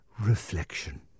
reflection